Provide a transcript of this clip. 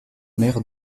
maire